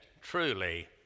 truly